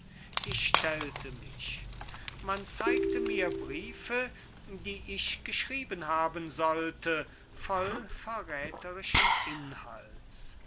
ich stellte mich man zeigte mir briefe die ich geschrieben haben sollte voll verrätherischen inhalts